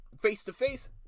face-to-face